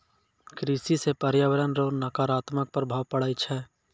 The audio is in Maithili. कृषि से प्रर्यावरण रो नकारात्मक प्रभाव पड़ै छै